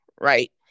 right